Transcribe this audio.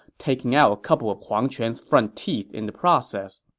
taking out a couple of huang quan's front teeth in the process.